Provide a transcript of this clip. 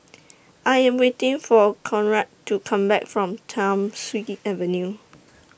I Am waiting For Conrad to Come Back from Thiam Siew Avenue